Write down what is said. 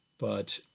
but